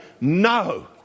no